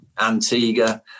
Antigua